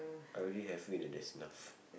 I already have feel that that's enough